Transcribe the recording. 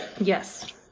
Yes